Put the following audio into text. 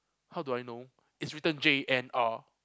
how do I know is written J_N_R